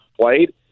played